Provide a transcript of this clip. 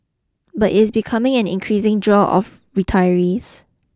but it's becoming an increasing draw of retirees